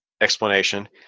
explanation